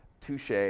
touche